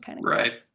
Right